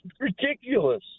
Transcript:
ridiculous